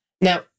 now